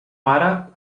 mare